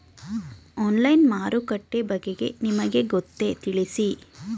Online ಮಾರುಕಟ್ಟೆ ಬಗೆಗೆ ನಿಮಗೆ ಗೊತ್ತೇ? ತಿಳಿಸಿ?